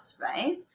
right